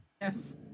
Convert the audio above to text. Yes